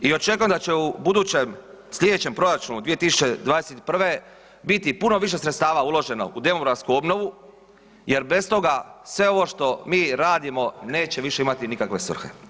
I očekujem da će u budućem, slijedećem proračuna 2021. biti puno više sredstava uloženo u demografsku obnovu jer bez toga sve ovo što mi radimo neće više imati nikakve svrhe.